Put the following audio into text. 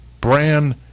brand